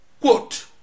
quote